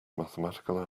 mathematical